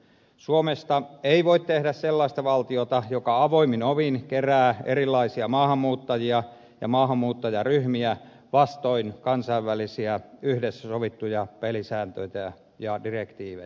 suomesta ei voi tehdä sellaista valtiota joka avoimin ovin kerää erilaisia maahanmuuttajia ja maahanmuuttajaryhmiä vastoin kansainvälisiä yhdessä sovittuja pelisääntöjä ja direktiivejä